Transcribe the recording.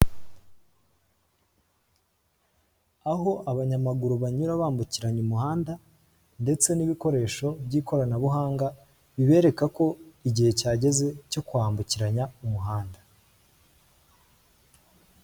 Aho abanyamaguru banyura bambukiranya umuhanda, ndetse n'ibikoresho by'ikoranabuhanga bibereka ko igihe cyageze cyo kwambukiranya umuhanda.